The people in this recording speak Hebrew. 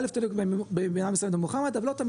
א' תלוי במידה מסוימת במוחמד אבל לא תמיד,